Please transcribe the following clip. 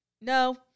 No